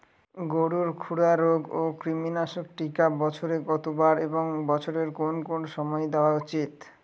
গরুর খুরা রোগ ও কৃমিনাশক টিকা বছরে কতবার এবং বছরের কোন কোন সময় দেওয়া উচিৎ?